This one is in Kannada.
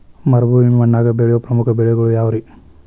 ಮರುಭೂಮಿ ಮಣ್ಣಾಗ ಬೆಳೆಯೋ ಪ್ರಮುಖ ಬೆಳೆಗಳು ಯಾವ್ರೇ?